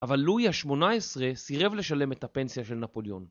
אבל לואי ה-18 סירב לשלם את הפנסיה של נפוליאון.